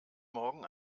morgen